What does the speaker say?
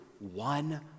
one